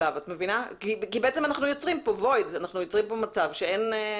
בעצם אנחנו יוצרים כאן מצב שאין